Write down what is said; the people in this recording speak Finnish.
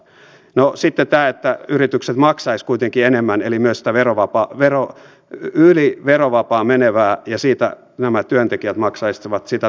sitten tämä että yritykset maksaisivat kuitenkin enemmän eli myös yli verovapaan menevää ja nämä työntekijät maksaisivat siitä tuloverossaan